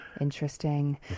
Interesting